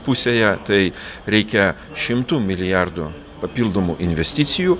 pusėje tai reikia šimtų milijardų papildomų investicijų